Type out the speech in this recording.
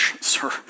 Sir